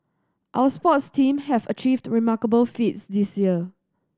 our sports teams have achieved remarkable feats this year